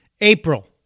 April